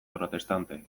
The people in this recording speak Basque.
protestante